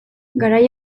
garai